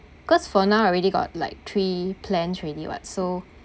because for now I already got like three plans ready [what] so